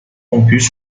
rompues